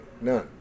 None